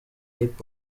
hip